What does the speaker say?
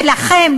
ולכם,